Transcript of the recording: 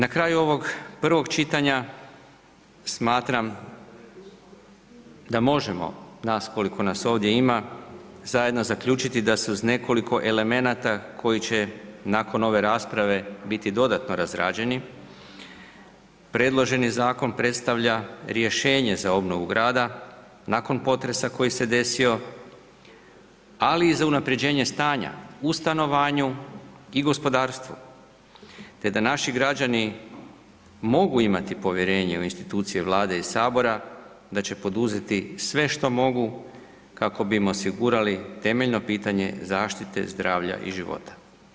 Na kraju ovog prvog čitanja, smatram da možemo nas, koliko nas ovdje ima, zajedno zaključiti da se uz nekoliko elemenata koji će nakon ove rasprave biti dodatno razrađeni, predloženi zakon predstavlja rješenje za obnovu grada nakon potresa koji se desio, ali i za unaprjeđenje stanja u stanovanju i gospodarstvu te da naši građani mogu imati povjerenje u institucije Vlade i Sabora da će poduzeti sve što mogu kako bi im osigurali temeljno pitanje zaštite zdravlja i života.